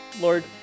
Lord